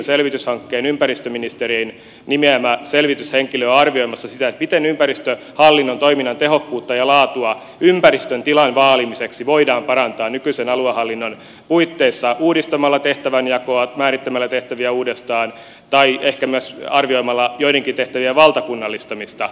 ympäristöministerin nimeämä selvityshenkilö on arvioimassa sitä miten ympäristöhallinnon toiminnan tehokkuutta ja laatua ympäristön tilan vaalimiseksi voidaan parantaa nykyisen aluehallinnon puitteissa uudistamalla tehtävänjakoa määrittämällä tehtäviä uudestaan tai ehkä myös arvioimalla joidenkin tehtävien valtakunnallistamista